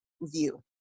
view